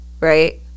right